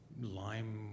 lime